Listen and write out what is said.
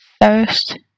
First